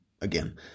again